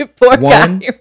one